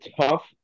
tough